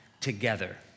together